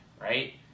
right